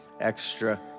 extra